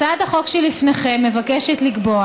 הצעת החוק שלפניכם מבקשת לקבוע